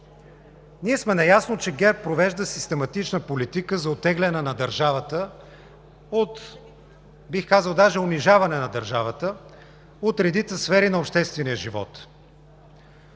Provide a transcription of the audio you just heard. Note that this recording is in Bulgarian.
Ние сме наясно, че ГЕРБ провежда систематична политика за оттегляне на държавата, бих казал, даже унижаване на държавата от редица сфери на обществения живот,